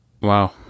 Wow